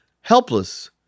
helpless